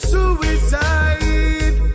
Suicide